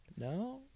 No